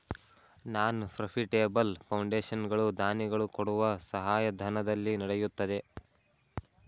ನಾನ್ profitable foundation ಗಳು ದಾನಿಗಳು ಕೊಡುವ ಸಹಾಯಧನದಲ್ಲಿ ನಡೆಯುತ್ತದೆ